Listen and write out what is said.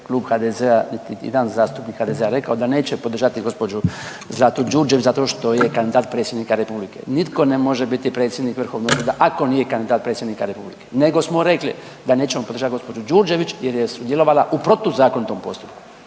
Klub HDZ-a, niti ijedan zastupnik HDZ-a rekao da neće podržati gđu. Zlatu Đurđević zato što je kandidat predsjednika republike, nitko ne može biti predsjednik vrhovnog suda ako nije kandidat predsjednika republike nego smo rekli da nećemo podržati gđu. Đurđević jer je sudjelovala u protuzakonitom postupku